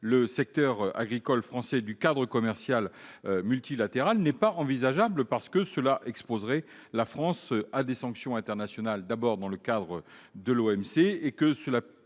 le secteur agricole français du cadre commercial multilatéral, n'est pas envisageable. En effet, une telle attitude exposerait la France à des sanctions internationales, d'abord dans le cadre de l'OMC, et priverait